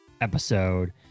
episode